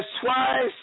twice